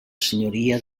senyoria